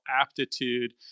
aptitude